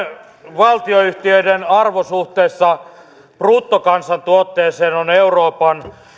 valtionyhtiöiden arvo suhteessa bruttokansantuotteeseen on euroopan